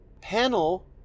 panel